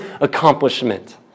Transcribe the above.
accomplishment